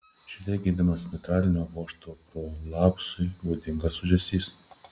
širdyje girdimas mitralinio vožtuvo prolapsui būdingas ūžesys